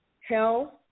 health